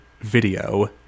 video